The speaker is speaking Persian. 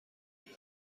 دستی